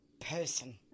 person